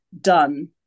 done